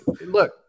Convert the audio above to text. look